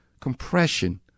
Compression